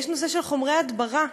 יש נושא של חומרי הדברה.